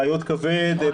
בעיות כבד,